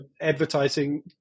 advertising